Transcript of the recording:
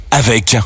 avec